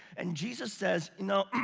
and jesus says, no.